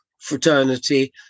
fraternity